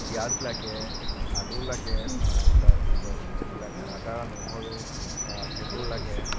পিয়াঁজ লাগে আলু লাগে তাৰ পিছত এইবিলাক আদা নহৰু সেইবোৰ লাগে